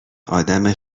آدم